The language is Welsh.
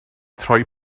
troi